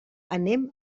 anem